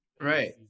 right